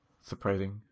surprising